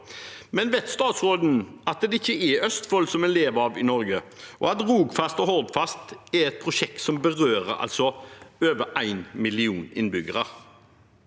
men vet statsråden at det ikke er Østfold vi lever av i Norge, og at Hordfast og Rogfast er prosjekter som berører over én million innbyggere?